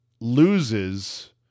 loses